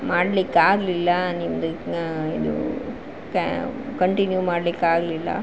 ಮಾಡ್ಲಿಕ್ಕೆ ಆಗಲಿಲ್ಲ ನಿಮ್ದು ಇದು ಕ್ಯಾ ಕಂಟಿನ್ಯೂ ಮಾಡ್ಲಿಕ್ಕೆ ಆಗಲಿಲ್ಲ